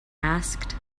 asked